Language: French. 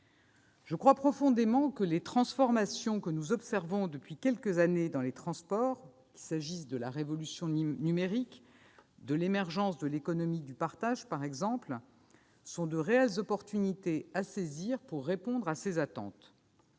Je crois profondément que les transformations que nous observons depuis plusieurs années dans les transports- révolution numérique ou émergence de l'économie du partage, par exemple -sont de réelles opportunités à saisir pour répondre à ces attentes.